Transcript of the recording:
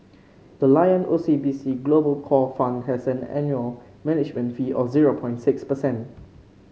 the Lion O C B C Global Core Fund has an annual management fee of zero six percent